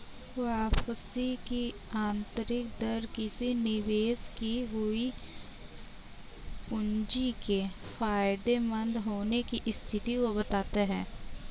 वापसी की आंतरिक दर किसी निवेश की हुई पूंजी के फायदेमंद होने की स्थिति को बताता है